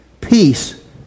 peace